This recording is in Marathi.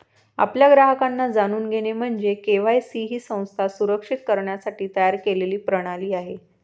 आपल्या ग्राहकांना जाणून घेणे म्हणजे के.वाय.सी ही संस्था सुरक्षित करण्यासाठी तयार केलेली प्रणाली आहे